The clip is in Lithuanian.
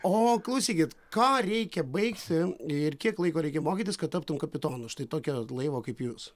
o klausykit ką reikia baigti ir kiek laiko reikia mokytis kad taptum kapitonu štai tokio laivo kaip jūs